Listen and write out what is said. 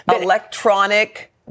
electronic